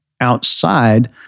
outside